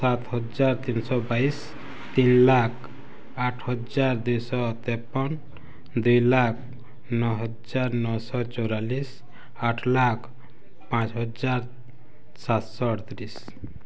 ସାତ ହଜାର ତିନଶହ ବାଇଶ ତିନି ଲକ୍ଷ ଆଠହଜାର ଦୁଇଶହ ତେପନ ଦୁଇ ଲକ୍ଷ ନଅ ହଜାର ନଅ ଶହ ଚଉରାଲିଶ ଆଠ ଲକ୍ଷ ପାଞ୍ଚ ହଜାର ସାତ ଶହ ଅଡ଼ତିରିଶ